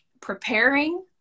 preparing